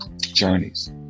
journeys